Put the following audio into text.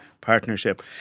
partnership